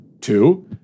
Two